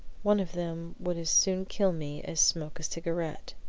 one of them would as soon kill me as smoke a cigarette,